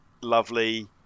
lovely